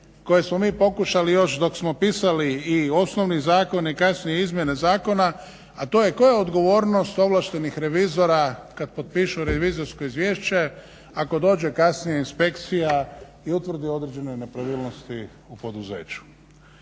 koje smo mi pokušali još dok smo pisali i osnovni zakon i kasnije izmjene zakona a to je koja je odgovornost ovlaštenih revizora kad potpišu revizorsko izvješće ako dođe kasnije inspekcija i utvrdi određene nepravilnosti u poduzeću?